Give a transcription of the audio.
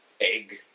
egg